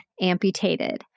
amputated